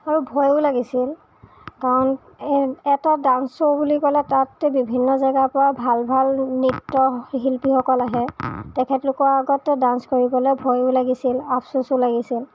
আৰু ভয়ো লাগিছিল কাৰণ এ এটা ডান্স শ্ব' বুলি ক'লে তাত বিভিন্ন জেগাৰ পৰা ভাল ভাল নৃত্য়শিল্পীসকল আহে তেখেতলোকৰ আগত ডান্স কৰিবলৈ ভয়ো লাগিছিল আপচোচো লাগিছিল